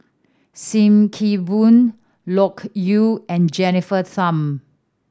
Sim Kee Boon Loke Yew and Jennifer Tham